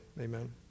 Amen